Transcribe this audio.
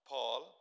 Paul